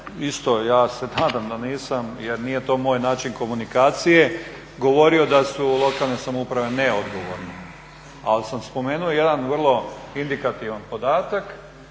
isto ja se nadam da nisam jer nije to moj način komunikacije govorio da su lokalne samouprave neodgovorne, ali sam spomenuo jedan vrlo indikativan podatak